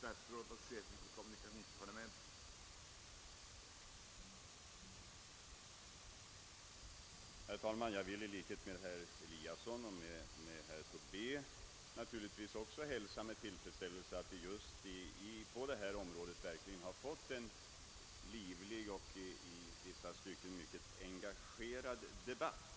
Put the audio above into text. Herr talman! I likhet med herr Eliasson i Sundborn och herr Tobé hälsar jag med tillfredsställelse att det just på detta område uppstått en livlig och i vissa stycken mycket engagerad debatt.